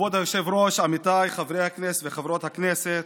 כבוד היושב-ראש, עמיתיי חברי הכנסת וחברות הכנסת,